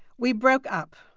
we broke up.